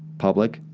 public,